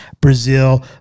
Brazil